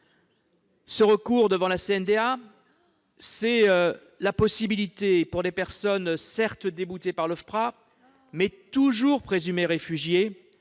un recours devant la CNDA, c'est la possibilité, pour des personnes certes déboutées par l'OFPRA, mais toujours présumées réfugiées,